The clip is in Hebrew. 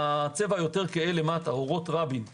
הצבע היותר כהה למטה מצטמצם.